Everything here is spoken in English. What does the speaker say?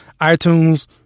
iTunes